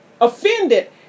offended